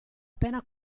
appena